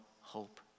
hope